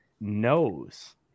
knows